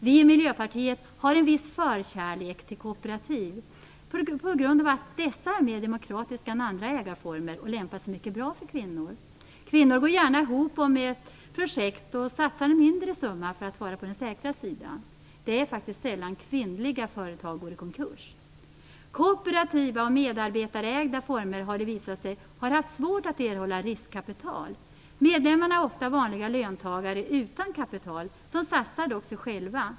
Vi i Miljöpartiet har en viss förkärlek till kooperativ, på grund av att dessa är mer demokratiska än andra ägarformer och lämpar sig mycket bra för kvinnor. Kvinnor går gärna ihop om projekt och satsar en mindre summa för att vara på den säkra sidan. Det är sällan kvinnliga företag går i konkurs. Kooperativa och medarbetarägda former har, som det visat sig, haft svårt att erhålla riskkapital. Medlemmarna är ofta vanliga löntagare utan kapital. De satsar dock sig själva.